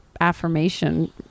affirmation